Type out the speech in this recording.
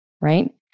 Right